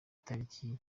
tariki